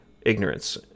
ignorance